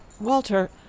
Walter